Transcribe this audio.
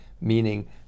meaning